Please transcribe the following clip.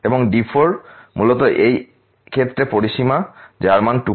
এবং D4 মূলত এই ক্ষেত্রে পরিসীমা যার মান 211